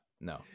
no